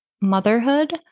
motherhood